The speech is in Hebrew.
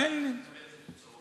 אני מציע להעביר את זה לוועדת